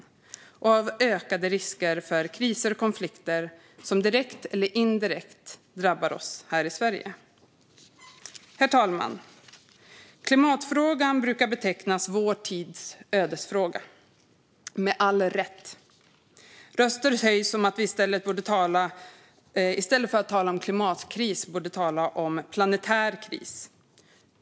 Det handlar också om ökade risker för kriser och konflikter som direkt eller indirekt drabbar oss här i Sverige. Herr talman! Klimatfrågan brukar med all rätt betecknas som vår tids ödesfråga. Röster höjs för att vi i stället för att tala om klimatkris borde tala om planetär kris.